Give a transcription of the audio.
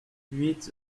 huit